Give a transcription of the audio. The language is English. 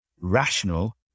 rational